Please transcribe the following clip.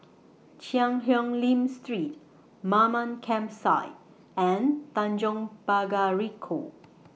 Cheang Hong Lim Street Mamam Campsite and Tanjong Pagar Ricoh